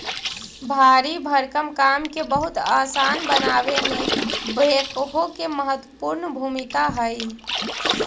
भारी भरकम काम के बहुत असान बनावे में बेक्हो के महत्त्वपूर्ण भूमिका हई